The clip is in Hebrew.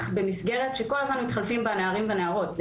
במסגרת שכל הזמן מתחלפים בה נערים ונערות.